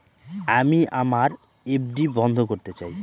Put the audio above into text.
আমি আমার এফ.ডি বন্ধ করতে চাই